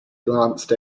glanced